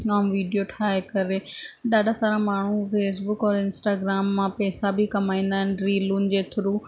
ऐं वीडियो ठाहे करे ॾाढा सारा माण्हू फ़ेसबुक और इंस्टाग्राम मां पैसा बि कमाईंदा आहिनि रीलयुनि जे थ्रू